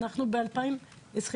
ואנחנו עכשיו ב-2023.